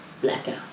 blackout